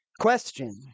question